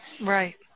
Right